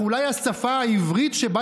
אולי השפה העברית שלנו,